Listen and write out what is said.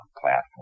platform